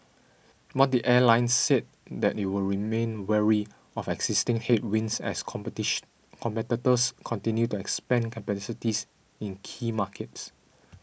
but the airline said that it would remained wary of existing headwinds as competitors continue to expand capacities in key markets